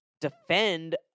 defend